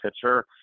pitcher